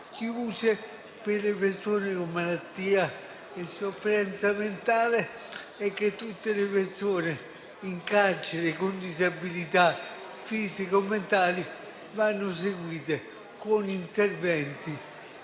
chiuse per le persone con malattia e sofferenza mentale e che tutte le persone in carcere con disabilità fisico-mentali vanno seguite con interventi